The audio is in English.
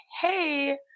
hey